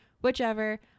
whichever